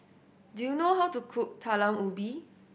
do you know how to cook Talam Ubi